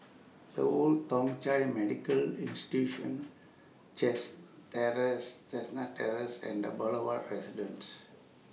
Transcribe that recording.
The Old Thong Chai Medical Institution chest Terrace Chestnut Terrace and The Boulevard Residence